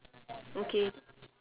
okay